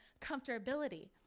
comfortability